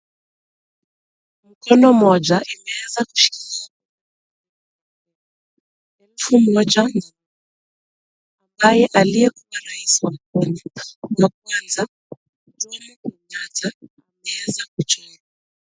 Mkono moja imeweza kushikilia pesa elfu moja ambaye aliyekuwa rais wa kwanza Jomo Kenyatta ameweza kuchorwa.